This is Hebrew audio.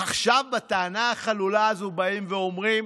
עכשיו בטענה החלולה הזו באים ואומרים: